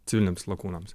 civiliniams lakūnams